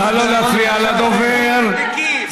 מעניין שרק כשזה